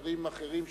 חברים אחרים שהגיעו,